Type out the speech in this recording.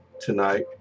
tonight